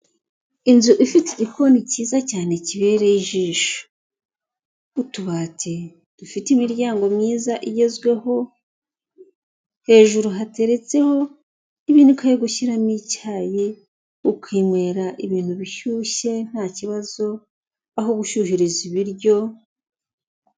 Inzu ifite igikoni cyiza cyane kibereye ijisho, nk' utubati dufite imiryango myiza igezweho, hejuru hateretseho ibinika yo gushyiramo icyayi ukinywera ibintu bishyushye ntakibazo aho gushyuhiriza ibiryo.